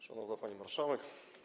Szanowna Pani Marszałek!